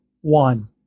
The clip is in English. one